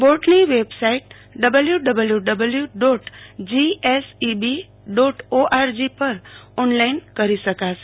બોર્ડની website W W W dot GSEB dot ORG પર online અરજી કરી શકાશે